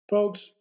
Folks